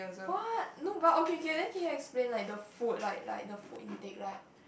what no but okay okay then can you explain like the food like like the food intake like